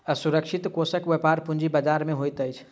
सुरक्षित कोषक व्यापार पूंजी बजार में होइत अछि